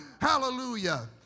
Hallelujah